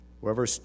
Whoever